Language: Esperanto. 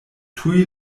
tuj